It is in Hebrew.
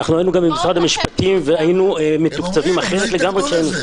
גם היינו עם משרד המשפטים והיינו מתוקצבים אחרת לגמרי כשהיינו שם.